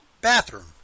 Bathroom